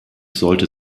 sollte